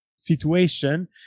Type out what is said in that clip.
situation